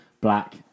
black